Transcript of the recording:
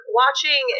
watching